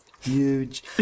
Huge